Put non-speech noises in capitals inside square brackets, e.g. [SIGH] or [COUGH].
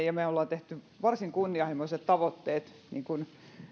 [UNINTELLIGIBLE] ja me olemme tehneet varsin kunnianhimoiset tavoitteet niin kuin